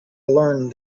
learned